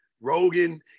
Rogan